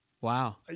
wow